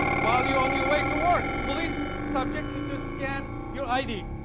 while you're on your way to work, police subject you know scan your i d,